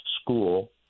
school